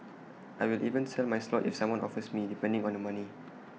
I will even sell my slot if someone offers me depending on the money